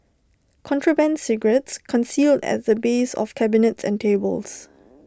contraband cigarettes concealed at the base of cabinets and tables